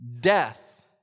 death